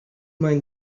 mind